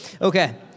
Okay